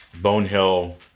Bonehill